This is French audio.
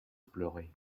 pleurer